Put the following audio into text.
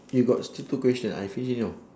you got still two question I finish already you know